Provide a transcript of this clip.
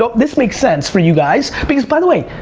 ah this makes sense for you guys. because, by the way,